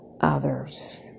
others